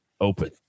Open